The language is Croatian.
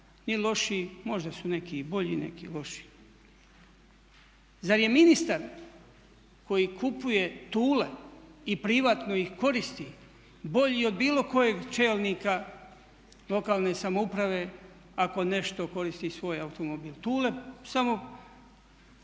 ni lošiji, možda su neki i bolji, neki lošiji. Zar je ministar koji kupuje "Thule" i privatno ih koristi bolji od bilo kojeg čelnika lokalne samouprave ako nešto koristi svoj automobil? "Thule" samo